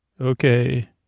Okay